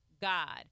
God